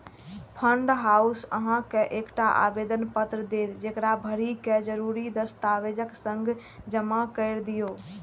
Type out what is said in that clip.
fund house अहां के एकटा आवेदन पत्र देत, जेकरा भरि कें जरूरी दस्तावेजक संग जमा कैर दियौ